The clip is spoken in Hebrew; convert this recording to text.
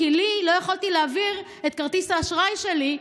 ואני לא יכולתי להעביר את כרטיס האשראי שלי,